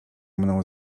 mną